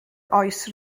oes